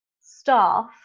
staff